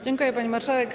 Dziękuję, pani marszałek.